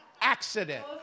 accident